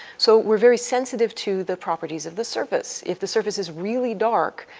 so we're very sensitive to the properties of the surface. if the surface is really dark,